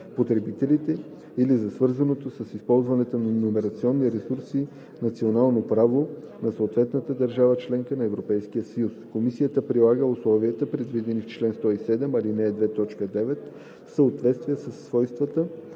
потребителите или на свързаното с използването на номерационни ресурси национално право на съответната държава – членка на Европейския съюз, комисията прилага условията, предвидени в чл. 107, ал. 2, т. 9, в съответствие със своите